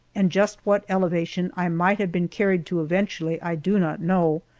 and just what elevation i might have been carried to eventually i do not know,